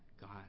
God